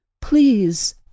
Please